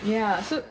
ya so